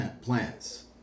plants